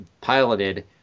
piloted